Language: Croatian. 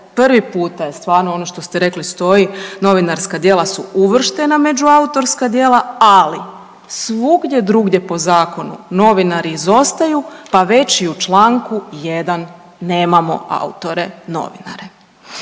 prvi puta je stvarno ono što ste rekli stoji novinarska djela su uvrštena među autorska djela. Ali svugdje drugdje po zakonu novinari izostaju, pa već i u članku 1. nemamo autore novinare.